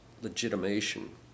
legitimation